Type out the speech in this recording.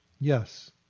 Yes